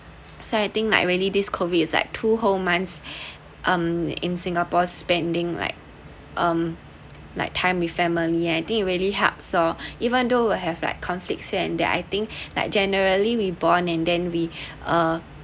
so I think like really this COVID is like two whole months um in singapore spending like um like time with family I think it really helps so even though will have like conflicts and that I think like generally we bond and then we uh